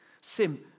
Sim